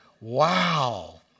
Wow